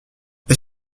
est